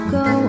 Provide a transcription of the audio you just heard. go